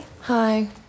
Hi